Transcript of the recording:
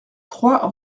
trois